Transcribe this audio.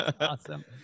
Awesome